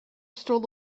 stole